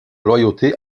loyauté